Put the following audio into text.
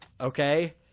Okay